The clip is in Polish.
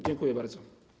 Dziękuję bardzo.